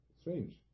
strange